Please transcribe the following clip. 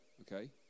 okay